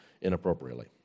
inappropriately